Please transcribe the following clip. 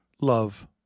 Love